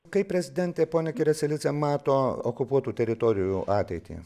kai prezidentė ponia kereselidze mato okupuotų teritorijų ateitį